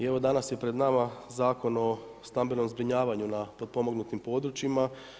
Evo i danas je pred nama Zakon o stambenom zbrinjavanju na potpomognutim područjima.